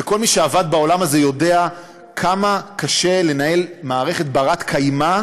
וכל מי שעבד בעולם הזה יודע כמה קשה לנהל מערכת בת-קיימא,